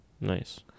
Nice